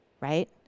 right